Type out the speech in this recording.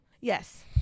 Yes